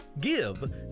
give